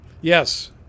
Yes